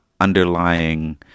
underlying